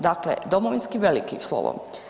Dakle, domovinski velikim slovom.